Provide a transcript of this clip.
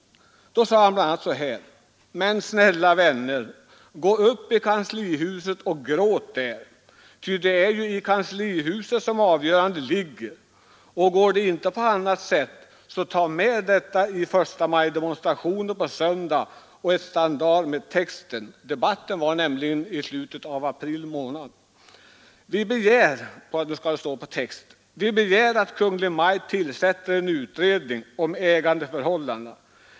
Han sade: ”Men snälla vänner fondens förvaltning, gå upp i kanslihuset och gråt där, ty det är ju i kanslihuset som 2. Mm. avgörandet ligger. Och går det inte på annat sätt, så tag med i 1-majdemonstrationen på söndag ett standar med texten: Vi begär att Kungl. Maj:t tillsätter en utredning om ägandeförhållandena.